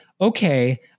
okay